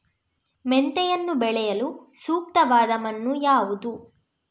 ಮೆಂತೆಯನ್ನು ಬೆಳೆಯಲು ಸೂಕ್ತವಾದ ಮಣ್ಣು ಯಾವುದು?